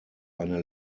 eine